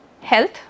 health